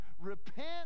repent